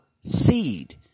seed